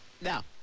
Now